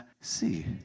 see